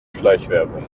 schleichwerbung